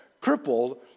crippled